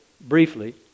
briefly